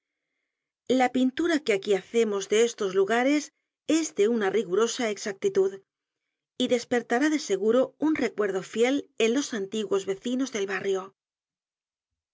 la pintura que aquí hacemos de estos lugares es de una rigorosa exactitud y despertará de seguro un recuerdo fiel en los antiguos vecinos del barrio